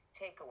takeaway